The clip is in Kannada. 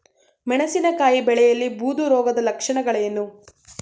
ಮೆಣಸಿನಕಾಯಿ ಬೆಳೆಯಲ್ಲಿ ಬೂದು ರೋಗದ ಲಕ್ಷಣಗಳೇನು?